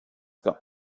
got